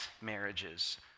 marriages